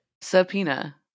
Subpoena